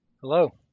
Hello